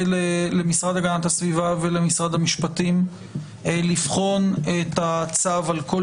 למשרד להגנת הסביבה ולמשרד המשפטים לבחון את הצו על כול